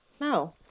no